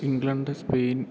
England Spain